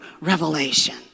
revelation